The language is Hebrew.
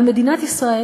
אבל מדינת ישראל,